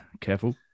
Careful